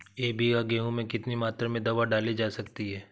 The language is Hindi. एक बीघा गेहूँ में कितनी मात्रा में दवा डाली जा सकती है?